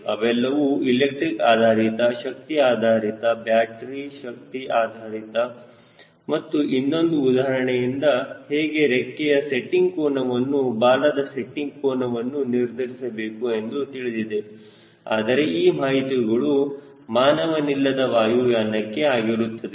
ಅವೆಲ್ಲವೂ ಎಲೆಕ್ಟ್ರಿಕ್ ಆಧಾರಿತ ಶಕ್ತಿ ಆಧಾರಿತ ಬ್ಯಾಟರಿ ಶಕ್ತಿ ಆಧಾರಿತ ಮತ್ತು ಇನ್ನೊಂದು ಉದಾಹರಣೆಯಿಂದ ಹೇಗೆ ರೆಕ್ಕೆಯ ಸೆಟ್ಟಿಂಗ್ ಕೋನವನ್ನು ಬಾಲದ ಸೆಟ್ಟಿಂಗ್ ಕೋನವನ್ನು ನಿರ್ಧರಿಸಬೇಕು ಎಂದು ತಿಳಿದಿದೆ ಆದರೆ ಈ ಮಾಹಿತಿಗಳು ಮಾನವನಿಲ್ಲದ ವಾಯುಯಾನಕ್ಕೆ ಆಗಿರುತ್ತದೆ